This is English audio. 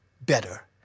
better